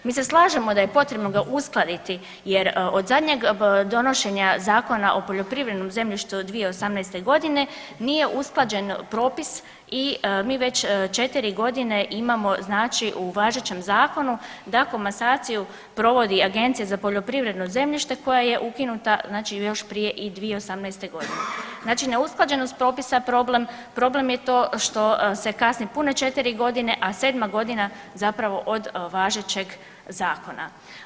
Mi se slažemo da je potrebno ga uskladiti jer od zadnjeg donošenja Zakona o poljoprivrednom zemljištu 2018.g. nije usklađen propis i mi već četiri godine imamo znači u važećem zakonu da komasaciju provodi Agencija za poljoprivredno zemljište koja je ukinuta još prije i 2018.g. Znači neusklađenost propisa problem problem je to što se kasne pune 4.g., a sedma godina zapravo od važećeg zakona.